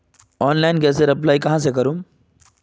Online गैसेर apply कहाँ से करूम?